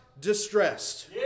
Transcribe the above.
distressed